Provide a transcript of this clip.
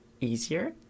easier